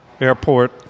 airport